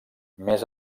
més